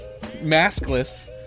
Maskless